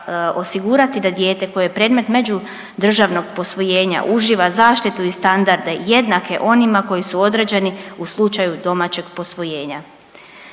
osigurati da dijete koje je predmet međudržavnog posvojenja uživa zaštitu i standarde jednake onima koji su određeni u slučaju domaćeg posvojenja